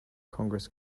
congress